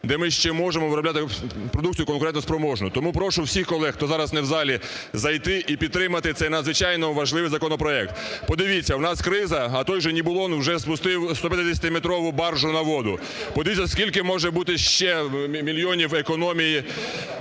де ми ще можемо виробляти продукцію конкурентоспроможну. Тому прошу всіх колег, хто зараз не в залі, зайти і підтримати цей надзвичайно важливий законопроект. Подивіться, у нас криза, а той же "НІБУЛОН" вже спустив 150-метрову баржу на воду. Подивіться, скільки може бути ще мільйонів економії